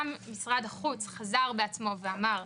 גם משרד החוץ חזר בעצמו ואמר,